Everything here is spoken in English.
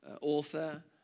author